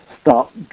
start